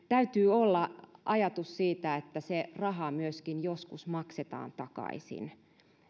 täytyy olla ajatus siitä että se raha myöskin joskus maksetaan takaisin